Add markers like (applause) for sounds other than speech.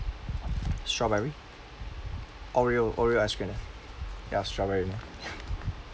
strawberry oreo oreo ice cream then ya strawberry then ya (breath)